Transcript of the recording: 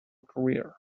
career